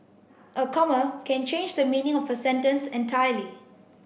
a comma can change the meaning of a sentence entirely